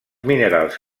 minerals